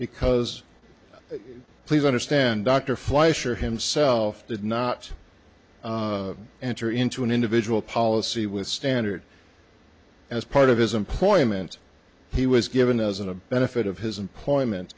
because please understand dr fleischer himself did not enter into an individual policy with standard as part of his employment he was given as a benefit of his employment